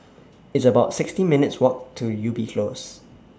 It's about sixty minutes' Walk to Ubi Close